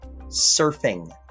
surfing